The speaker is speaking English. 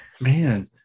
man